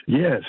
Yes